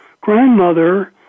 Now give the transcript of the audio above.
grandmother